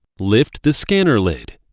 lift the scanner lid,